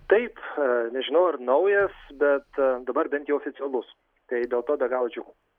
taip nežinau ar naujas bet dabar bent jau oficialus tai dėl to be galo džiugu